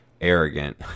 arrogant